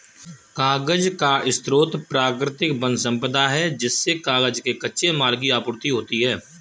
कागज का स्रोत प्राकृतिक वन सम्पदा है जिससे कागज के कच्चे माल की आपूर्ति होती है